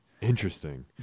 Interesting